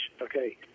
Okay